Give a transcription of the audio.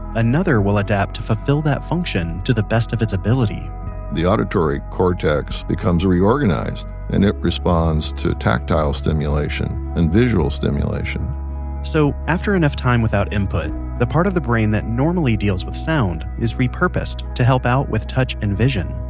another will adapt to fulfill that function to the best of its ability the auditory cortex becomes reorganized. and it responds to tactile stimulation and visual stimulation so after enough time without input the part of the brain that normally deals with sound is repurposed to help out with touch and vision.